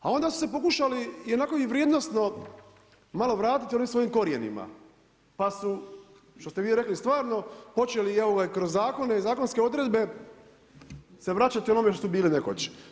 A onda su se pokušali onako i vrijednosno malo vratiti onim svojim korijenima pa su što ste vi rekli, stvarno evo ga, i kroz zakone i zakonske odredbe se vraćati onome što su bili nekoć.